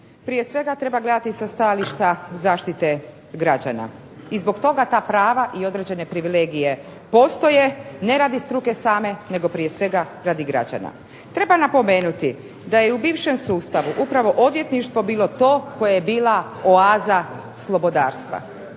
prije svega treba gledati sa stajališta zaštite građana i zbog toga ta prava i određene privilegije postoje, ne radi struke same nego prije svega radi građana. Treba napomenuti da je i u bivšem sustavu upravo odvjetništvo bilo to koje je bilo oaza slobodarstva,